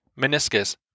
meniscus